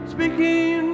Speaking